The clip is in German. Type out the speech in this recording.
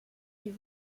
die